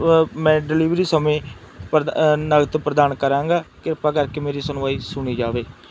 ਮੈਂ ਡਿਲੀਵਰੀ ਸਮੇਂ ਪ੍ਰ ਨਗਦ ਪ੍ਰਦਾਨ ਕਰਾਂਗਾ ਕਿਰਪਾ ਕਰਕੇ ਮੇਰੀ ਸੁਣਵਾਈ ਸੁਣੀ ਜਾਵੇ